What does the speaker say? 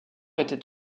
était